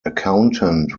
accountant